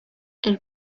elle